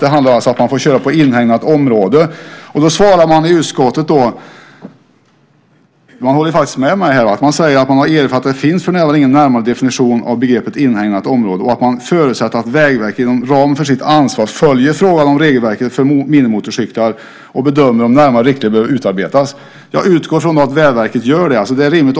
Det handlar alltså om att man får köra på inhägnat område. Då svarar man i utskottet och håller faktiskt med mig. Man säger att man har erfarit att det för närvarande inte finns någon närmare definition av begreppet inhägnat område och att man förutsätter att Vägverket inom ramen för sitt ansvar följer frågan om regelverket för minimotorcyklar och bedömer om närmare riktlinjer behöver utarbetas. Jag utgår från att Vägverket gör det. Det är rimligt.